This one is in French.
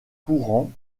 courant